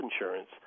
insurance